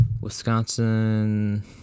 Wisconsin